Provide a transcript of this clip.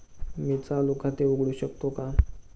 मी चालू खाते उघडू शकतो का?